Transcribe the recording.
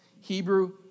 Hebrew